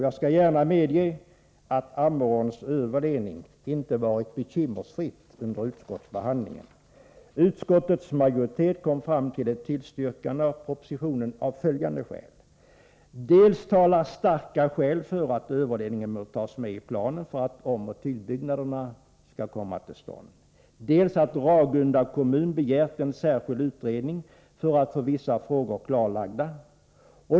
Jag skall gärna medge att frågan om Ammeråns överledning inte varit bekymmersfri under utskottsbehandlingen. Utskottets majoritet kom fram till ett tillstyrkande av propositionen av följande skäl: Dels talar starka skäl för att överledningen bör tas med i planen för att omoch tillbyggnaderna skall komma till stånd, dels har Ragunda kommun begärt en särskild utredning för att få vissa frågor klarlagda.